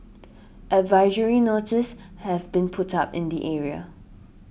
advisory notices have been put up in the area